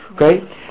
Okay